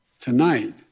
Tonight